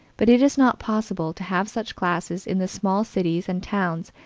but it is not possible to have such classes in the small cities and towns,